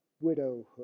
widowhood